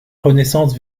renaissance